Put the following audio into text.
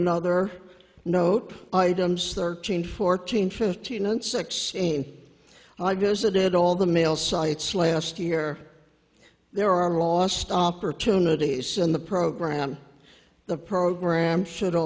another note items thirteen fourteen fifteen and sixteen i visited all the mail sites last year there are lost opportunities in the program the program should